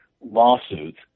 lawsuits